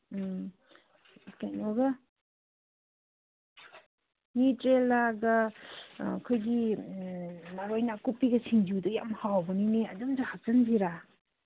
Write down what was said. ꯎꯝ ꯀꯩꯅꯣꯒ ꯅ꯭ꯌꯨꯇ꯭ꯔꯦꯂꯥꯒ ꯑꯩꯈꯣꯏꯒꯤ ꯃꯔꯣꯏ ꯅꯥꯀꯨꯞꯄꯤꯒ ꯁꯤꯡꯖꯨꯗꯨ ꯌꯥꯝ ꯍꯥꯎꯕꯅꯤꯅꯦ ꯑꯗꯨꯃꯁꯨ ꯍꯥꯞꯆꯟꯁꯤꯔ